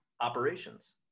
Operations